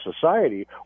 society